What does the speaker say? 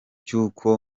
cy’uko